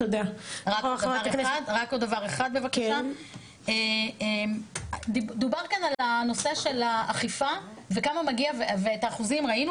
עוד דבר אחד: דובר כאן על הנושא של האכיפה ואת האחוזים ראינו